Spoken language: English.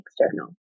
external